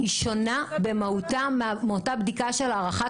היא שונה במהותה מאותה בדיקה של הערכת